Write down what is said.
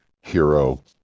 Hero